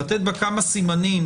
לתת בה כמה סימנים.